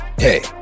Hey